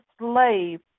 slave